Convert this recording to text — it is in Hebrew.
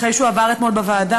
אחרי שהוא עבר אתמול בוועדה: